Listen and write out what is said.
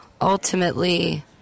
ultimately